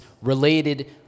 related